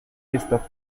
esta